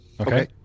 Okay